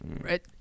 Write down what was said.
Right